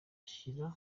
ashyira